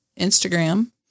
Instagram